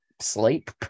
sleep